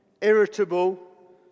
irritable